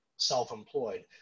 self-employed